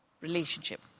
relationship